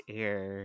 air